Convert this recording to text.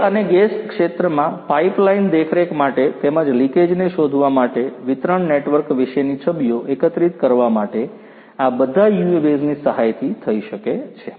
તેલ અને ગેસ ક્ષેત્રમાં પાઇપલાઇન દેખરેખ માટે તેમજ લિકેજને શોધવા માટે વિતરણ નેટવર્ક વિશેની છબીઓ એકત્રિત કરવા માટે આ બધા UAVs ની સહાયથી થઈ શકે છે